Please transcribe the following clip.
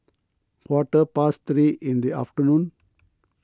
quarter past three in the afternoon